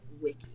wiki